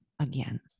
again